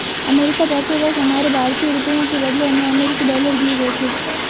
America जाते वक्त हमारे भारतीय रुपयों के बदले हमें अमरीकी डॉलर दिए गए थे